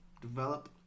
develop